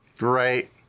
Right